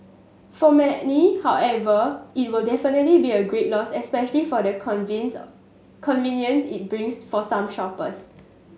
for many however it'll definitely be a great loss especially for the convince convenience it brings for some shoppers